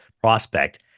prospect